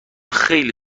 خیلی